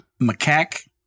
Macaque